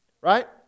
right